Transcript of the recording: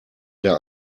der